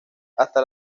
hasta